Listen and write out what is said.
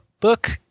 book